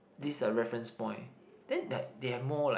this uh reference point then like they have more like